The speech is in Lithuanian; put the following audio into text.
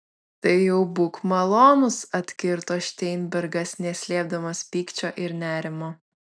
tai jau būk malonus atkirto šteinbergas neslėpdamas pykčio ir nerimo